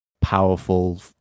powerful